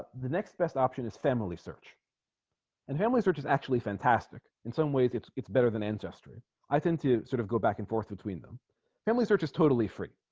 the next best option is family search and family search is actually fantastic in some ways it's it's better than ancestry i tend to sort of go back and forth between them family search is totally free